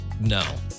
No